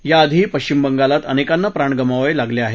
याआधीही पश्चिम बंगालात अनेकांना प्राण गमवावे लागले आहेत